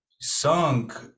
sunk